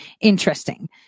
interesting